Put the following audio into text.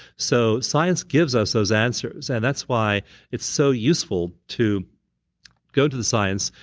so science gives us those answers, and that's why it's so useful to go to the science,